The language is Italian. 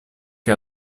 che